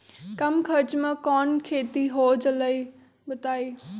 कम खर्च म कौन खेती हो जलई बताई?